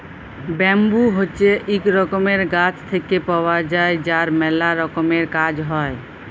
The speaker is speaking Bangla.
ব্যাম্বু হছে ইক রকমের গাছ থেক্যে পাওয়া যায় যার ম্যালা রকমের কাজ হ্যয়